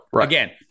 again